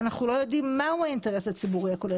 ואנחנו לא יודעים מהו האינטרס הציבורי הכולל.